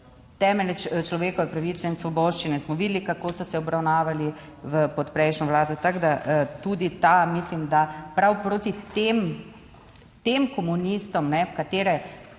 temeljne človekove pravice in svoboščine smo videli, kako so se obravnavali pod prejšnjo vlado. Tako da tudi ta, mislim, da prav proti tem, tem komunistom, katere